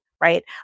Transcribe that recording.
right